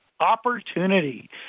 opportunity